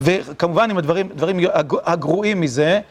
וכמובן, עם הדברים, דברים הגרועים מזה...